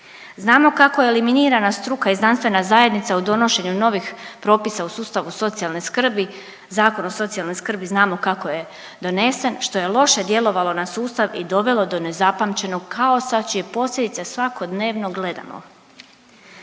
Znamo kako je eliminirana struka i znanstvena zajednica u donošenju novih propisa u sustavu socijalne skrbi, Zakon o socijalnoj skrbi znamo kako je donesen, što je loše djelovalo na sustav i dovelo do nepamćenog kaosa čije posljedice svakodnevno gledamo.